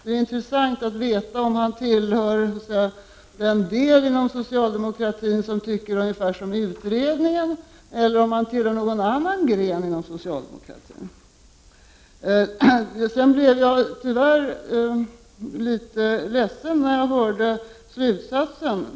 Det är intressant att veta om Bo Forslund tillhör den del inom socialdemokratin som tycker ungefär som utredningen eller om han tillhör någon annan gren inom socialdemokratin. Sedan blev jag tyvärr litet ledsen när jag hörde slutsatsen.